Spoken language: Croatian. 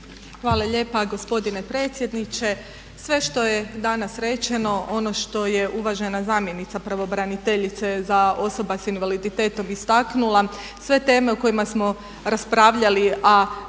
Hvala lijepa gospodine predsjedniče. Sve što je danas rečeno, ono što je uvažena zamjenica pravobraniteljice za osobe sa invaliditetom istaknula, sve teme o kojima smo raspravljali